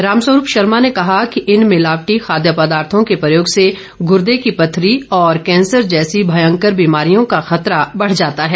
रामस्वरूप शर्मा ने कहा कि इन मिलावटी खाद्य पदार्थों के प्रयोग से गुरदे की पत्थरी और कैंसर जैसी भयंकर बीमारियों का खतरा बढ़ जाता है